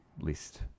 list